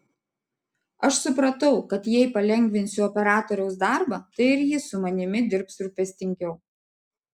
aš supratau kad jei palengvinsiu operatoriaus darbą tai ir jis su manimi dirbs rūpestingiau